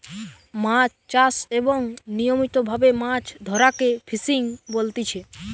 মাছ চাষ এবং নিয়মিত ভাবে মাছ ধরাকে ফিসিং বলতিচ্ছে